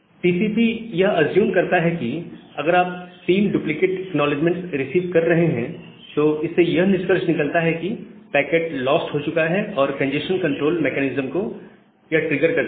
TCP यह assume करता है कि अगर आप 3 डुप्लीकेट एक्नॉलेजमेंट्स रिसीव कर रहे हैं तो इससे यह निष्कर्ष निकलता है कि पैकेट लॉस्ट हो चुका है और यह कंजेस्शन कंट्रोल मेकैनिज्म को ट्रिगर करता है